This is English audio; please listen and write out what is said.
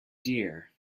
dear